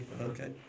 Okay